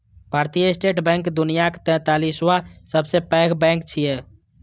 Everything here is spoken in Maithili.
भारतीय स्टेट बैंक दुनियाक तैंतालिसवां सबसं पैघ बैंक छियै